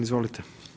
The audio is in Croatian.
Izvolite.